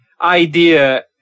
idea